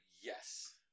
Yes